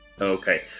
Okay